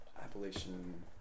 Appalachian